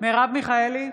מרב מיכאלי,